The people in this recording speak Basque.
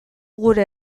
gure